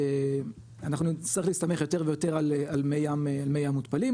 אבל אנחנו נצטרך להסתמך יותר ויותר על מי ים מותפלים,